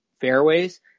fairways